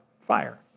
fire